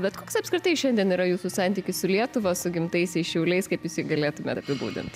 bet koks apskritai šiandien yra jūsų santykis su lietuva su gimtaisiais šiauliais kaip jūs jį galėtumėt apibūdint